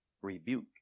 rebuke